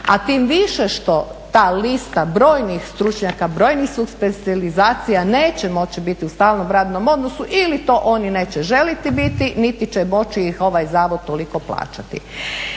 a tim više što ta lista brojnih stručnjaka, brojnih …/Govornica se ne razumije./… neće moći biti u stalnom radnom odnosu ili to oni neće želiti biti, niti će moći ih ovaj zavod toliko plaćati.